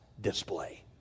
display